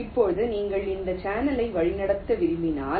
இப்போது நீங்கள் இந்த சேனலை வழிநடத்த விரும்பினால்